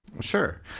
Sure